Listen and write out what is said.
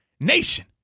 Nation